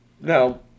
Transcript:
no